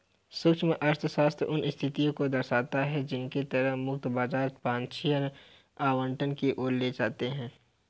सूक्ष्म अर्थशास्त्र उन स्थितियों को दर्शाता है जिनके तहत मुक्त बाजार वांछनीय आवंटन की ओर ले जाते हैं